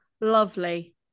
lovely